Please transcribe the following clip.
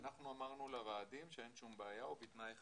אנחנו אמרנו לוועדים שאין שום בעיה או בתנאי אחד,